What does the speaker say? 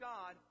God